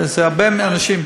זה הרבה מהאנשים.